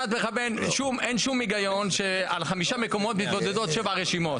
אין שום היגיון שעל חמישה מקומות מתמודדות שבע רשימות.